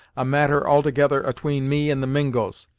a matter altogether atween me and the mingos,